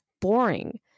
boring